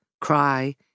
cry